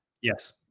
Yes